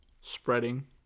spreading